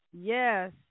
Yes